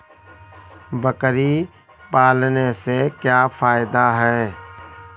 बकरी पालने से क्या फायदा है?